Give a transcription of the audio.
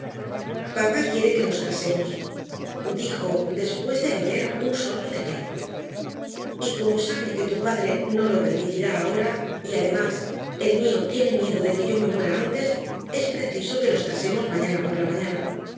papá quiere que nos casemos dijo después de beber un sorbo de té y como sabe que tu padre no lo permitirá ahora y además el mío tiene miedo de que yo me muera antes es preciso que nos casemos mañana por la mañana